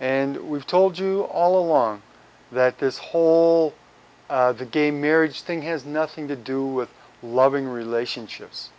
and we've told you all along that this whole the game marriage thing has nothing to do with loving relationships